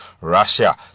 Russia